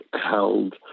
held